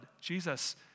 Jesus